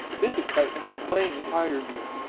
this excitement has plainly tired you.